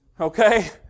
Okay